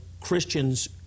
Christians